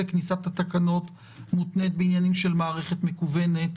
כניסת התקנות מותנית בעניינים של מערכת מקוונת,